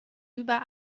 über